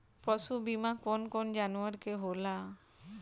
पशु बीमा कौन कौन जानवर के होला?